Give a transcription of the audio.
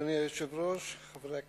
אדוני היושב-ראש, חברי הכנסת,